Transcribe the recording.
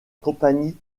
compagnie